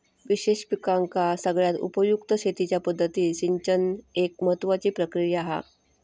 विशेष पिकांका सगळ्यात उपयुक्त शेतीच्या पद्धतीत सिंचन एक महत्त्वाची प्रक्रिया हा